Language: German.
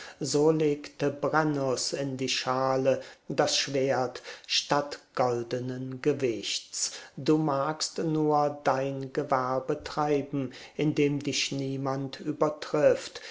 brennus in die schale das schwert statt goldenen gewichts du magst nur dein gewerbe treiben in dem dich niemand übertrifft